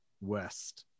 west